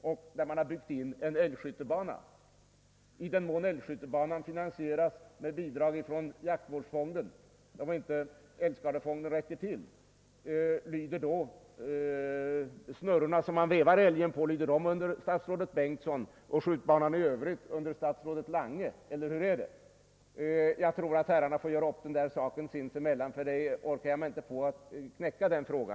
Kommer i de fall där älgskyttebanan finansieras med bidrag från jaktvårdsfonden, där älgskadefonden inte räcker till, de snurror med vilka man vevar fram älgtavlan att tillhöra statsrådet Bengtssons område och skjutbanan i övrigt att falla under statsrådet Lange, eller hur är det med detta? Det är något som herrarna sinsemellan får avgöra, eftersom jag inte orkar knäcka denna fråga.